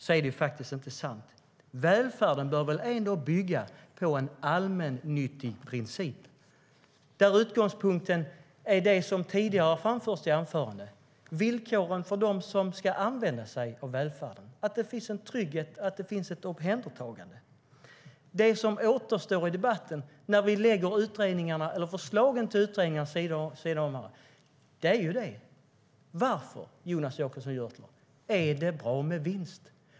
Det är inte sant. Välfärden bör väl ändå bygga på en allmännyttig princip där utgångpunkten är det som tidigare har framförts i flera anföranden. Det handlar om villkoren för dem ska använda sig av välfärden. Det ska finnas en trygghet och ett omhändertagande. Det som återstår i debatten när vi lägger förslagen till utredningarna vid sidan om varandra är detta: Varför, Jonas Jacobsson Gjörtler, är det bra med vinst?